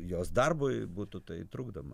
jos darbui būtų tai trukdoma